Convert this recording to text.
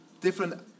different